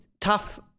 Tough